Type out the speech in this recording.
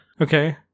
Okay